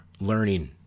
learning